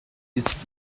ist